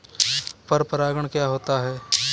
पर परागण क्या होता है?